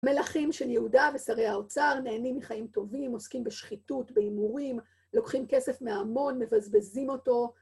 מלאכים של יהודה ושרי האוצר נהנים מחיים טובים, עוסקים בשחיתות, בהימורים, לוקחים כסף מההמון, מבזבזים אותו.